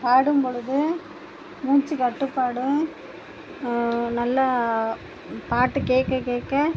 பாடும் பொழுது மூச்சு கட்டுப்பாடும் நல்லா பாட்டு கேட்கக் கேட்க